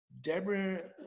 Deborah